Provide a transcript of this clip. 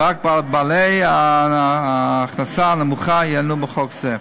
ורק בעלי ההכנסה הנמוכה ייהנו מחוק זה.